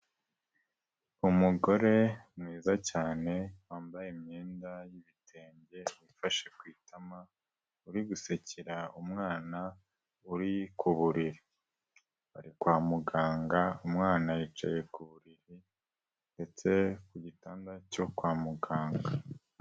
Umugore mwiza cyane wambaye imyenda y'ibitenge wifashe ku itama uri gusekera umwana uri ku buriri, bari kwa muganga umwana yicaye ku buriri ndetse ku gitanda cyo kwa muganga.